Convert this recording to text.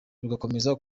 rugakomeza